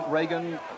Reagan